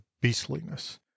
beastliness